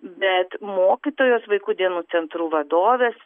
bet mokytojos vaikų dienos centrų vadovės